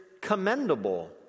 commendable